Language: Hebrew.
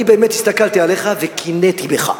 אני באמת הסתכלתי עליך וקינאתי בך,